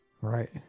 Right